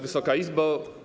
Wysoka Izbo!